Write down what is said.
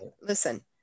listen